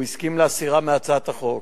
הוא הסכים להסירן מהצעת החוק.